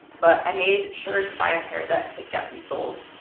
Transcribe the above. but i made sure to buy a pair that could get resoled,